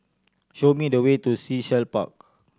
show me the way to Sea Shell Park